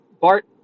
Bart